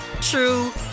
true